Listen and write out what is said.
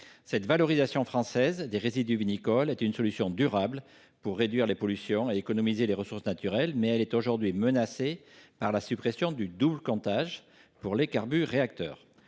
Cette valorisation française des résidus est une solution durable pour réduire les pollutions et économiser les ressources naturelles, mais elle est aujourd’hui menacée par la suppression du double comptage pour les carburéacteurs.